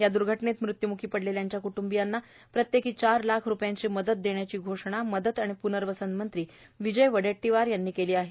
या दूर्घटनेत मृत्यूमुखी पडलेल्यांच्या कृटूंबांना प्रत्येकी चार लाख रुपयांची मदत देण्याची घोषणा मदत आणि पूनर्वसन मंत्री विजय वडेट्टीवार यांनी केली आहे